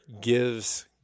gives